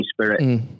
spirit